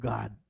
God